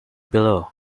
below